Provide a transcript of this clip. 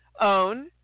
own